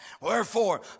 wherefore